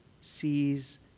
sees